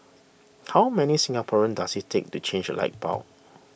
how many Singaporeans does it take to change a light bulb